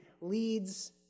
leads